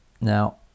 Now